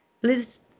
Please